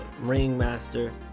ringmaster